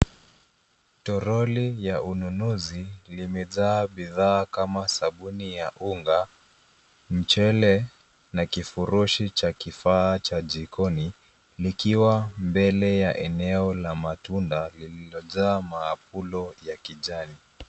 Toroli ya nununuzi limejaa bidhaa kama sabuni ya unga, mchele na kifurushi cha kifaa cha jikoni, likiwa mbele ya eneo la matunda lililojaa maapulo ya kijani.